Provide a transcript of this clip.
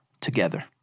together